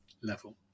level